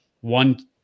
one